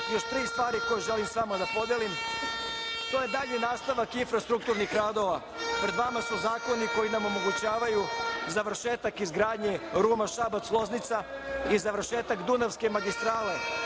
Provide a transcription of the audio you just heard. još tri stvari koje želim sa vama da podelim to je dalji nastavak infrastrukturnih radova. Pred vama su zakoni koji nam omogućavaju završetak izgradnje Ruma-Šabac-Loznica i završetak Dunavske magistrale